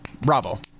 Bravo